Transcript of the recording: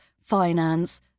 finance